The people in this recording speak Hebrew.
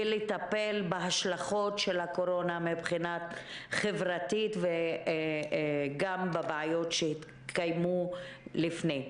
לטפל בהשלכות של הקורונה מבחינה חברתית וגם בבעיות שהתקיימו לפני.